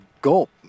gulp